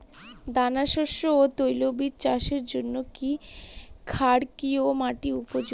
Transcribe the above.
দানাশস্য ও তৈলবীজ চাষের জন্য কি ক্ষারকীয় মাটি উপযোগী?